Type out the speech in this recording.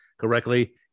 correctly